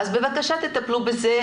בבקשה, תטפלו בזה.